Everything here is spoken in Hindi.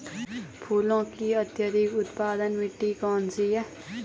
फूलों की अत्यधिक उत्पादन मिट्टी कौन सी है?